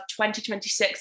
2026